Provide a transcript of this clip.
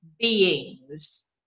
beings